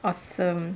awesome